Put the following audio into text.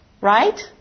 right